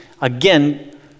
again